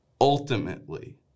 ultimately